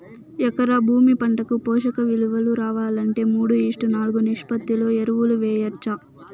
ఎకరా భూమి పంటకు పోషక విలువలు రావాలంటే మూడు ఈష్ట్ నాలుగు నిష్పత్తిలో ఎరువులు వేయచ్చా?